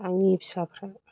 आंनि फिसाफ्रा